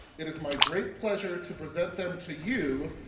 it is my great pleasure to present them to you,